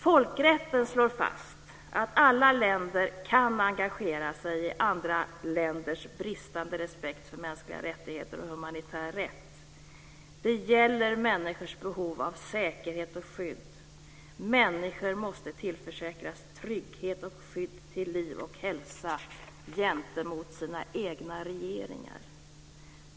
Folkrätten slår fast att alla länder kan engagera sig i andra länders bristande respekt för mänskliga rättigheter och humanitär rätt. Det gäller människors behov av säkerhet och skydd. Människor måste tillförsäkras trygghet och skydd till liv och hälsa av sina egna regeringar.